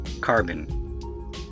Carbon